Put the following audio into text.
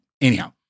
Anyhow